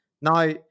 Now